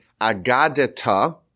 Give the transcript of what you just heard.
Agadeta